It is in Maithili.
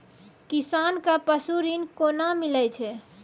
किसान कऽ पसु ऋण कोना मिलै छै?